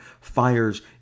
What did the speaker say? fires